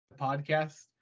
podcast